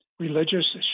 religious